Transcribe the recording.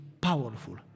powerful